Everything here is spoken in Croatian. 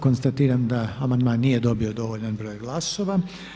Konstatiram da amandman nije dobio dovoljan broj glasova.